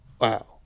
wow